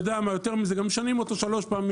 זה לא מחייב